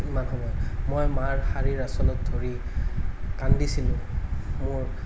ইমান সময় মই মাৰ শাৰীৰ আঁচলত ধৰি কান্দিছিলোঁ মোৰ